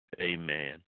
Amen